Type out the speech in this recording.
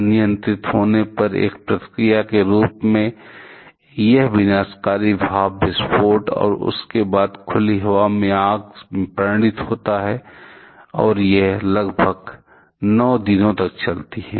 अनियंत्रित होने पर एक प्रतिक्रिया के रूप में यह विनाशकारी भाप विस्फोट और उसके बाद खुली हवा में आग में परिणत होता है और यह आग लगभग 9 दिनों तक चलती है